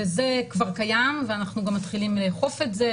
וזה כבר קיים ואנחנו כבר מתחילים לאכוף את זה.